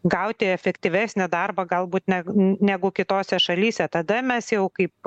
gauti efektyvesnį darbą galbūt negu negu kitose šalyse tada mes jau kaip